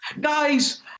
Guys